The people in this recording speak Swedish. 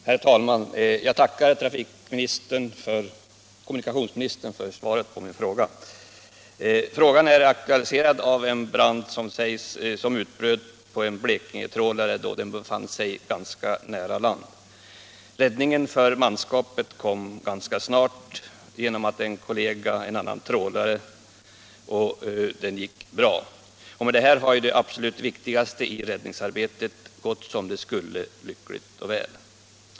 Herr talman! Jag tackar kommunikationsministern för svaret. Min fråga är aktualiserad av en brand som utbröt på en Blekingetrålare, då den befann sig rätt nära land. Räddningen för manskapet kom ganska snart genom en kollega, en annan trålare, och med det hade ju det absolut viktigaste i räddningsarbetet gått som det skulle, lyckligt och väl.